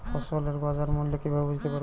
ফসলের বাজার মূল্য কিভাবে বুঝতে পারব?